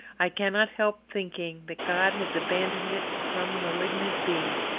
i cannot help thinking that god has abandoned it to some malignant being.